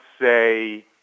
say